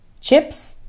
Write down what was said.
Chips